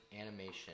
animation